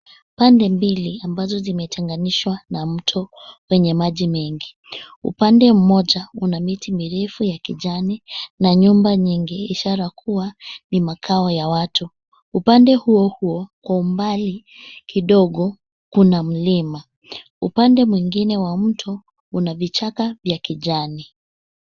Pande mbili ambazo zimetanganishwa na mto wenye maji mengi. Upande mmoja una miti mirefu ya kijani na nyumba nyingi, ishara kuwa in makao ya watu. Upande huo huo kwa umbali kidogo kuna mlima. Upande mwingine wa mto una vichaka vya kijani.